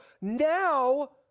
now